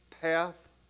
path